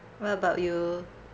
what about you